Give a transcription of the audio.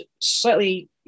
slightly